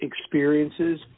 experiences